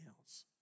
else